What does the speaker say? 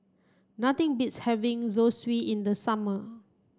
nothing beats having Zosui in the summer